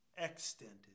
extended